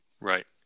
Right